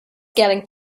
getting